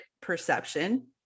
perception